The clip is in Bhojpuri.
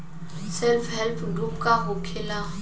सेल्फ हेल्प ग्रुप का होखेला?